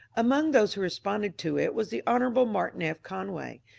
among those who responded to it was the hon. martin f. conway,